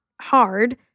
hard